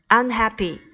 unhappy